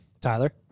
Tyler